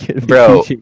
Bro